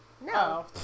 No